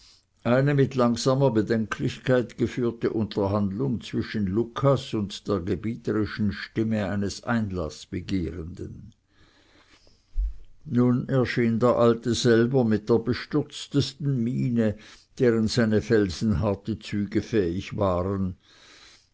eine mit langsamer bedenklichkeit geführte unterhandlung zwischen lucas und der gebieterischen stimme eines einlaß begehrenden nun erschien der alte selber mit der bestürztesten miene deren seine felsenharten züge fähig waren